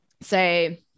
say